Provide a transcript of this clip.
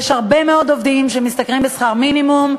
יש הרבה מאוד עובדים שמשתכרים שכר מינימום,